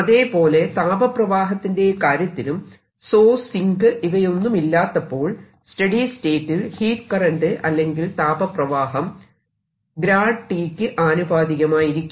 അതേപോലെ താപ പ്രവാഹത്തിന്റെ കാര്യത്തിലും സോഴ്സ് സിങ്ക് ഇവയൊന്നുമില്ലാത്തപ്പോൾ സ്റ്റെഡി സ്റ്റേറ്റിൽ ഹീറ്റ് കറന്റ് അല്ലെങ്കിൽ താപ പ്രവാഹം T യ്ക്ക് ആനുപാതികമായിരിക്കും